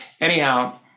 Anyhow